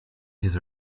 his